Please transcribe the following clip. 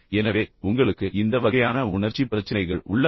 எனவே உங்களுக்கு இந்த வகையான உணர்ச்சி பிரச்சினைகள் உள்ளதா